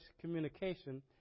communication